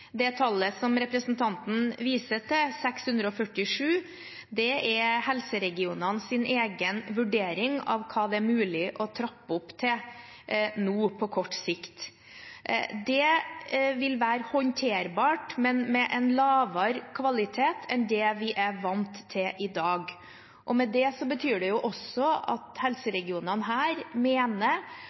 Det tallet representanten viser til, 647, er helseregionenes egen vurdering av hva det er mulig å trappe opp til nå på kort sikt. Det vil være håndterbart, men med en lavere kvalitet enn det vi er vant til i dag. Det betyr også at helseregionene her mener